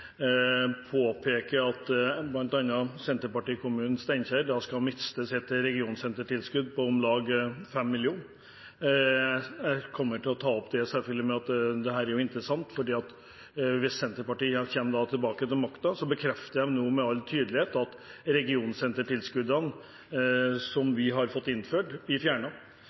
påpeker at bl.a. Senterparti-Kommunen Steinkjer skal miste sitt regionsentertilskudd på om lag 5 mill. kr. Jeg kommer selvfølgelig til å ta opp det, for dette er interessant. Hvis Senterpartiet igjen kommer til makta, bekrefter de nå med all tydelighet at regionsentertilskuddene som vi har fått innført,